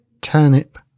Turnip